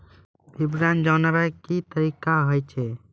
विवरण जानवाक की तरीका अछि?